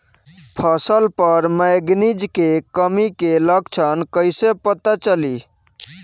फसल पर मैगनीज के कमी के लक्षण कइसे पता चली?